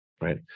Right